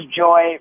joy